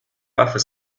buffer